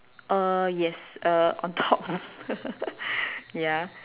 uh yes uh on top ya